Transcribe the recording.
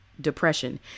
depression